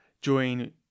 join